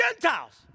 Gentiles